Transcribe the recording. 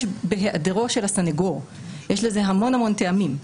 בהיעדרו של הסניגור ויש לזה המון טעמים.